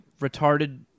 retarded